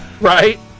Right